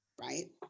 right